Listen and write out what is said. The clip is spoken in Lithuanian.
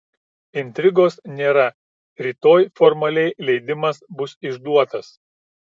intrigos nėra rytoj formaliai leidimas bus išduotas